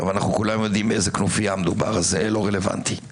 אבל כולנו יודעים באיזו כנופייה מדובר אז זה לא רלוונטי.